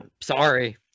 sorry